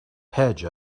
hedge